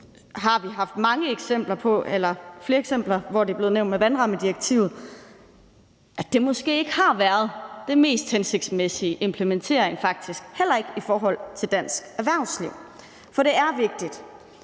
har haft flere eksempler på, at det er blevet nævnt i forbindelse med vandrammedirektivet, og at det måske ikke har været den mest hensigtsmæssige implementering, faktisk heller ikke i forhold til dansk erhvervsliv. For det er vigtigt,